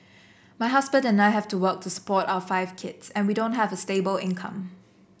my husband and I have to work to support our five kids and we don't have a stable income